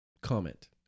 comment